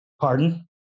Pardon